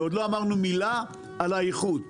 ועוד לא אמרנו מילה על האיכות.